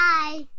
Bye